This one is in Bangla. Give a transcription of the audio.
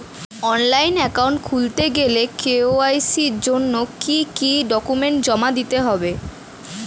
অনলাইন একাউন্ট খুলতে গেলে কে.ওয়াই.সি জন্য কি কি ডকুমেন্ট জমা দিতে হবে?